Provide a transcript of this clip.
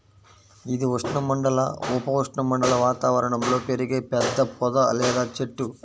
ఇది ఉష్ణమండల, ఉప ఉష్ణమండల వాతావరణంలో పెరిగే పెద్ద పొద లేదా చెట్టు